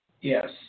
yes